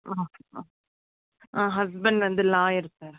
ஆ ஆ ஹஸ்பண்ட் வந்து lawyer sir